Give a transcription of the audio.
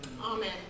Amen